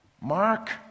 Mark